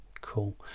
Cool